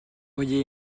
auriez